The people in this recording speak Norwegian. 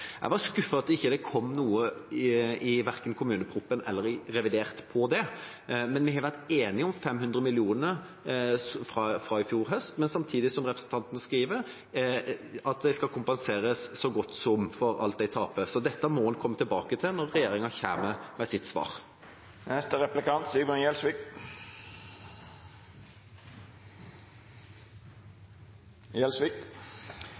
Jeg var skuffet over at det ikke kom noe i verken kommuneproposisjonen eller revidert om det. Vi har vært enige om 500 mill. kr fra i fjor høst, men samtidig at de – som representanten beskriver – skal kompenseres for så godt som alt de taper. Dette må en komme tilbake til når regjeringa kommer med sitt svar.